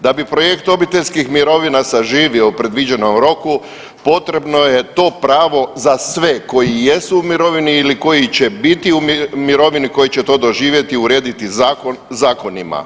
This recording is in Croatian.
Da bi projekt obiteljskih mirovina saživio u predviđenom roku potrebno je to pravo za sve koji jesu u mirovini ili koji će biti u mirovini, koji će to doživjeti, urediti zakonima.